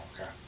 okay